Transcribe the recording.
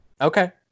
Okay